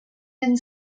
den